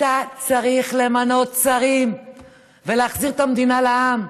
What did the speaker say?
אתה צריך למנות שרים ולהחזיר את המדינה לעם.